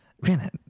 Man